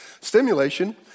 Stimulation